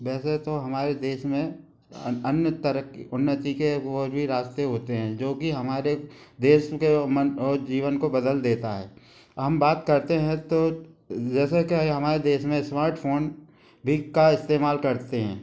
वैसे तो हमारे देश में अन्य तरक्की उन्नति के और भी रास्ते होते हैं जो कि हमारे देश के मन और जीवन को बदल देता है हम बात करते हैं तो जैसे क्या है हमारे देश में स्मार्टफ़ोन भी का इस्तेमाल करते हैं